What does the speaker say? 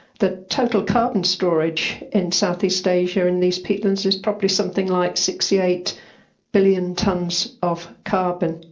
the total carbon storage in southeast asia in these peatlands is probably something like sixty eight billion tonnes of carbon,